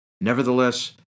Nevertheless